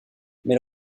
mais